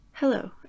Hello